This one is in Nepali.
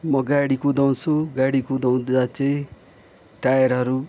म गाडी कुदाउँछु गाडी कुदाउँदा चाहिँ टायरहरू